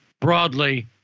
broadly